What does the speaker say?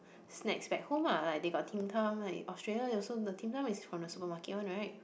snacks back home ah like they got Tim Tam like Australia they also the Tim Tam is from the supermarket one right